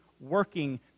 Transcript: working